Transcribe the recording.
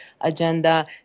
agenda